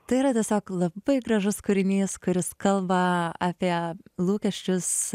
tai yra tiesiog labai gražus kūrinys kuris kalba apie lūkesčius